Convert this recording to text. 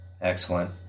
excellent